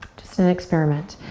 just an experiment.